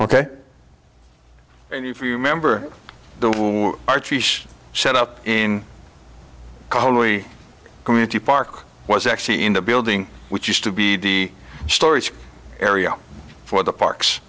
ok and if you remember the archery set up in calmly community park was actually in the building which used to be the storage area for the parks